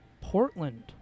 Portland